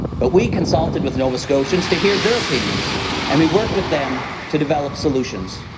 but we consulted with nova scotians to hear their opinions and we worked with them to develop solutions.